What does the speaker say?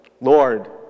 Lord